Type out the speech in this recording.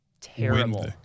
terrible